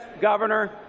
governor